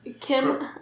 Kim